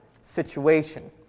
situation